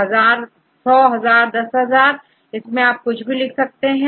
100 1000 या10000 आप इनमें से कुछ भी लिख सकते हैं